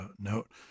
note